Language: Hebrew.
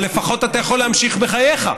אבל לפחות אתה יכול להמשיך בחייך.